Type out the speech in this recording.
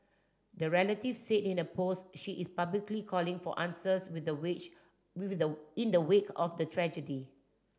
the relative said in the post she is publicly calling for answers in the which in in the wake of the tragedy